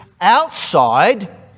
outside